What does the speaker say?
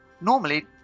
Normally